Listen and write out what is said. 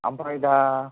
आमफ्राय दा